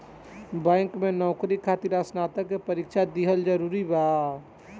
Bank में नौकरी खातिर स्नातक के परीक्षा दिहल जरूरी बा?